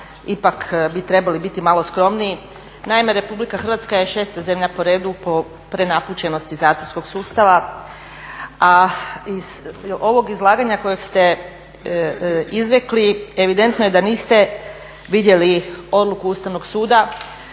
ipak bi trebali biti malo skromniji. Naime, Republika Hrvatska je šesta zemlja po redu po prenapučenosti zatvorskog sustava, a iz ovog izlaganja kojeg ste izrekli evidentno je da niste vidjeli odluku Ustavnog suda